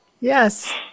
Yes